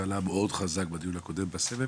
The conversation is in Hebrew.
זה עלה מאוד חזק בדיון הקודם בסבב.